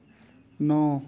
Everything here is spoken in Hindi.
नौ